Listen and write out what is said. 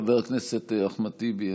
חבר הכנסת אחמד טיבי,